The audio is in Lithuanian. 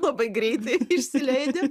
labai greitai išsileidi